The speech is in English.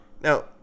Now